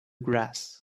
grass